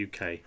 uk